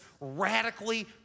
radically